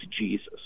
Jesus